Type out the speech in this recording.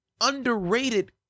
underrated